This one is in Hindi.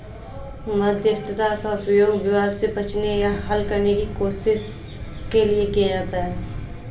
मध्यस्थता का उपयोग विवाद से बचने या हल करने की कोशिश के लिए किया जाता हैं